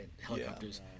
helicopters –